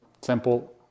simple